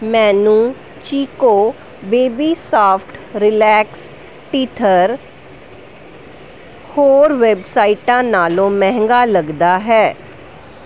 ਮੈਨੂੰ Chicco baby soft relax teether ਹੋਰ ਵੈੱਬਸਾਈਟਾਂ ਨਾਲੋਂ ਮਹਿੰਗਾ ਲੱਗਦਾ ਹੈ